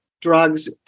drugs